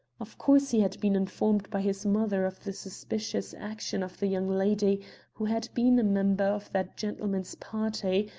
of course he had been informed by his mother of the suspicious action of the young lady who had been a member of that gentleman's party,